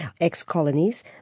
ex-colonies